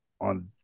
on